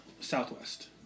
southwest